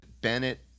Bennett